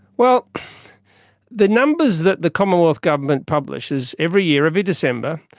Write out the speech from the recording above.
well the numbers that the commonwealth government publishes every year, every december,